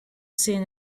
seen